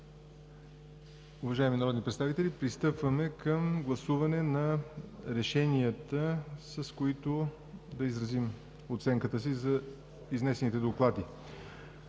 Уважаеми народни представители, пристъпваме към гласуване на решенията, с които да изразим оценката си за изнесените доклади.